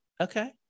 Okay